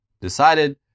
decided